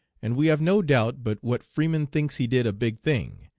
and we have no doubt but what freeman thinks he did a big thing,